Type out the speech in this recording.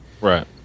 Right